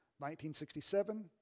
1967